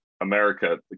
America